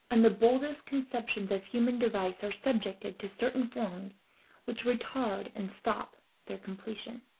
and the boldest conceptions of human device are subjected to certain forms which retard and stop their completion.